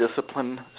discipline